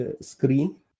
screen